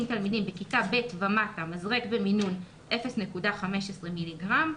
תלמידים בכיתה ב' ומטה מזרק במינון 0.15 מיליגרם.